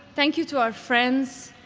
thank you to our friends,